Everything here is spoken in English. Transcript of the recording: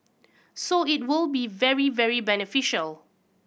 so it will be very very beneficial